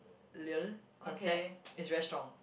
~lial concept is very strong